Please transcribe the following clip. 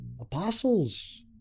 Apostles